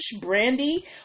brandy